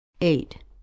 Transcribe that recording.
Eight